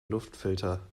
luftfilter